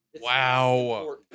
Wow